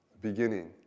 beginning